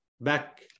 back